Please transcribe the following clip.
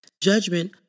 Judgment